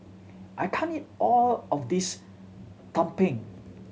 I can't eat all of this tumpeng